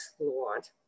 Lord